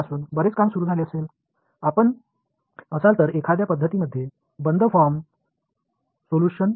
எனவே அது 1900 களில் இருந்து நிறைய வேலைகளுக்கு வழிவகுத்திருக்கும் என்று நீங்கள் கற்பனை செய்யலாம்